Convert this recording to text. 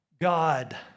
God